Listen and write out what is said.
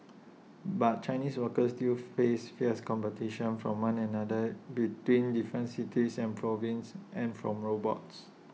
but Chinese workers still face fierce competition from one another between different cities and provinces and from robots